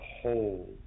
hold